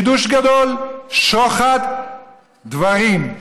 חידוש גדול: שוחד דברים,